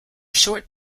short